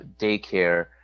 daycare